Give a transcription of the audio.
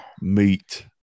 Meat